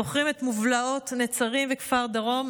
זוכרים את מובלעות נצרים וכפר דרום?